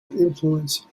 influence